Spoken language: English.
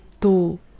two